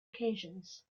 occasions